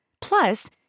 Plus